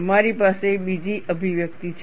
તમારી પાસે બીજી અભિવ્યક્તિ છે